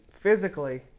physically